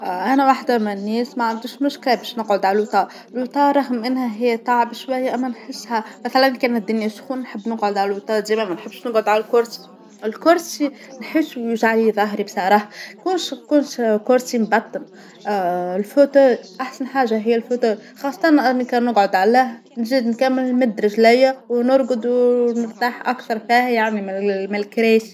اه أنا واحدة من الناس ما عندوش مشكل باش نقعد علوتا، الوتا رغم أنها هي تعب شوية أما نحسها مثلا كانت الدنيا سخون نحب نقعد على الوتا ديما ما نحبش نقعد على الكرسي، الكرسي نحسه بوجع لي ظهري بصراحة كرس-كرس-كرسي مبطن، اه الفوتا أحسن حاجة هي الفوتا خاصة راني كان نقعد علاه نزيد نكمل نمد رجليا ونرقد ونرتاح أكثر فيها يعني من الكراسى.